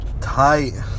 Tight